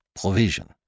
provision